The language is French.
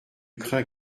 crains